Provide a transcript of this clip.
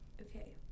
okay